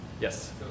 Yes